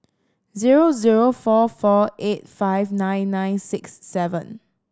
zero zero four four eight five nine nine six seven